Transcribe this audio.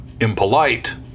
impolite